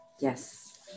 Yes